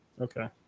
okay